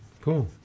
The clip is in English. Cool